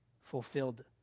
fulfilled